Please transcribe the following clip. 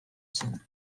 zen